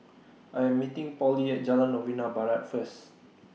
I Am meeting Pollie At Jalan Novena Barat First